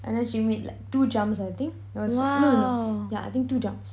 and then she made like two jumps it was mm yeah I think two jumps